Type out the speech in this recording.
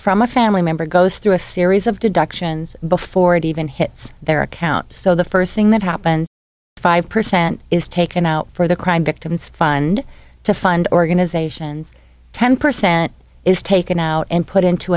from a family member goes through a series of deductions before it even hits their account so the first thing that happens five percent is taken out for the crime victims fund to fund organizations ten percent is taken out and put i